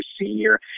senior